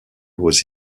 was